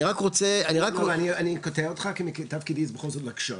אני קוטע אותך כי מתפקידי זה בכל זאת להקשות,